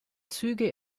züge